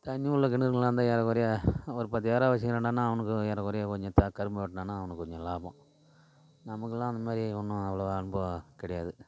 தண்ணி உள்ள கிணறுங்களாந்தா ஏறக்குறைய அவன் ஒரு பத்து ஏகராக வச்சுகிறாண்டான்னா அவனக்கு ஏறக்குறைய கொஞ்சம் கரும்பு வெட்னான்னா அவனுக்கு கொஞ்சம் லாபம் நமக்கு எல்லாம் அந்தமாதிரி ஒன்றும் அவ்வளோவா ரொம்ப கிடையது